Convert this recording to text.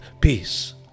peace